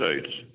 states